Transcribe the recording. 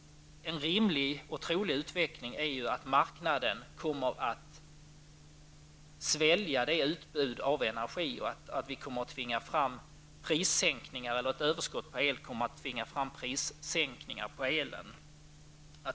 En rimlig och trolig utveckling är att marknaden kommer att svälja utbudet av energi och att överskott på el kommer att tvinga fram prissänkningar på denna.